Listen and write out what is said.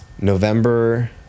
November